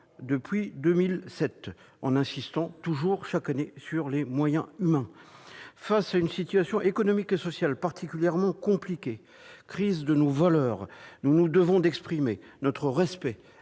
depuis 2007. Chaque année, j'insiste toujours sur les moyens humains. Face à une situation économique et sociale particulièrement compliquée, liée à la crise de nos valeurs, nous nous devons d'exprimer notre respect